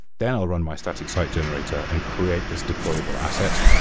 they'll run my static site generator and create this deployable asset,